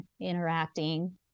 interacting